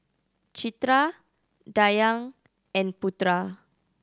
Citra Dayang and Putra